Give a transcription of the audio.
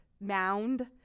mound